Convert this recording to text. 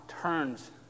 turns